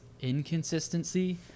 inconsistency